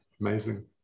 amazing